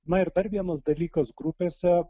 na ir dar vienas dalykas grupėse